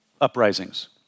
uprisings